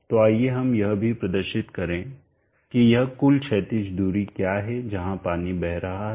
तो आइए हम यह भी प्रदर्शित करें कि यह कुल क्षैतिज दूरी क्या है जहां पानी बह रहा है